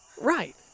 Right